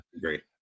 Great